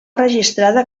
registrada